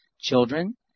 Children